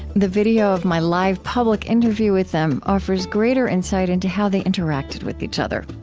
the video of my live public interview with them offers greater insight into how they interacted with each other.